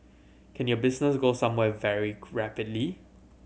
can your business go somewhere very rapidly